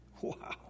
Wow